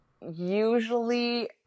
usually